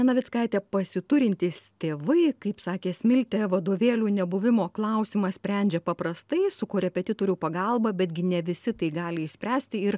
navickaite pasiturintys tėvai kaip sakė smiltė vadovėlių nebuvimo klausimą sprendžia paprastai su korepetitorių pagalba betgi ne visi tai gali išspręsti ir